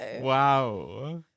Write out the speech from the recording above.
Wow